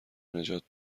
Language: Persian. نجات